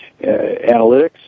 analytics